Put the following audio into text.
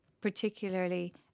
Particularly